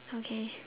okay